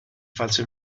falso